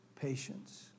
patience